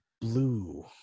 Blue